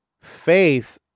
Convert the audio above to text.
Faith